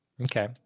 okay